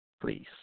please